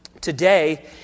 Today